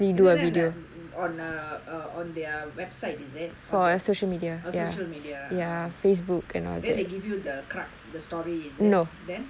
இதெல்லா என்ன:ithella enna on uh on their website is it on their oh social media ah ya ya then they give you the crux the story is it then